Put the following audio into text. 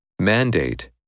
Mandate